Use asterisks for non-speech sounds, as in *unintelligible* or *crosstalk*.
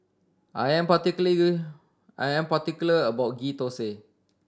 I am *unintelligible* I am particular about Ghee Thosai